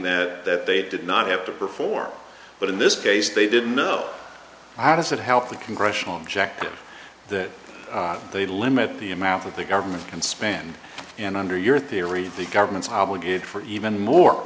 that they did not have to perform but in this case they didn't know how does it help the congressional injective that they limit the amount of the government can spend and under your theory the government's obligated for even more